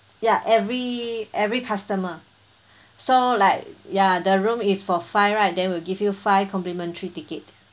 ya every every customer so like yeah the room is for five right then we give you five complimentary ticket